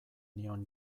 nion